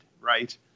right